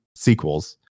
sequels